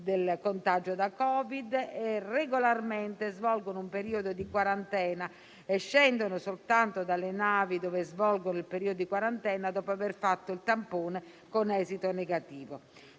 del contagio da Covid e regolarmente svolgono un periodo di quarantena. Scendono dalle navi, dove svolgono il periodo di quarantena, soltanto dopo aver fatto il tampone con esito negativo.